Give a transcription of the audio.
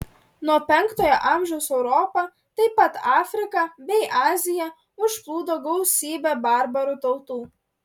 nuo penktojo amžiaus europą taip pat afriką bei aziją užplūdo gausybė barbarų tautų